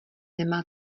nemá